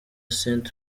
saint